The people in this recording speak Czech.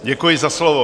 Děkuji za slovo.